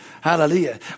Hallelujah